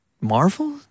Marvel